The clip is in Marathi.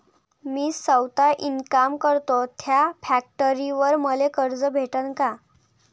मी सौता इनकाम करतो थ्या फॅक्टरीवर मले कर्ज भेटन का?